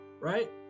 right